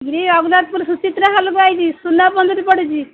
ମୁଁ ଏ ରଘୁନାଥପୁର ସୁଚିତ୍ରା ହଲ୍କୁ ଆଇଛି ସୁନାପଞ୍ଜୁରୀ ପଡ଼ିଛି